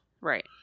right